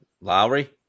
Lowry